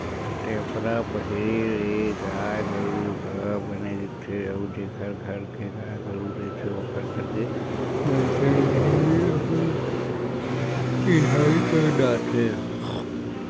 टेपरा पहिरे ले गाय गरु ह बने दिखथे अउ जेखर घर के गाय गरु रहिथे ओखर घर के मनखे दुरिहा ले अपन गरुवा के चिन्हारी कर डरथे